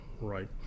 right